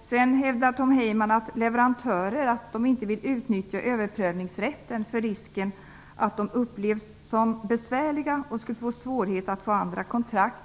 Sedan hävdar Tom Heyman att leverantörer inte vill utnyttja överprövningsrätten på grund av risken att upplevas som besvärliga och att de därigenom skulle få svårigheter att få andra kontrakt.